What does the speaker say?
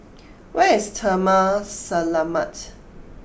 where is Taman Selamat